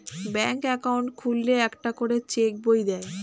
ব্যাঙ্কে অ্যাকাউন্ট খুললে একটা করে চেক বই দেয়